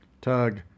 Tug